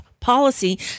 Policy